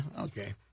okay